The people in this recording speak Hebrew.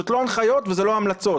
זה לא הנחיות וזה לא המלצות.